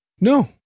No